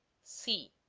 c.